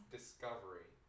Discovery